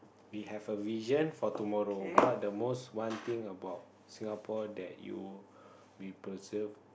we have a vision for tomorrow what are the most one thing about Singapore that you may preserve